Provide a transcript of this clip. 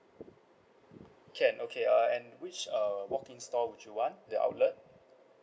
can okay uh and which uh walk in store would you want the outlet